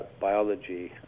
biology